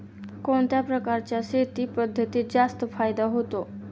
कोणत्या प्रकारच्या शेती पद्धतीत जास्त फायदा होतो?